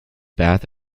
path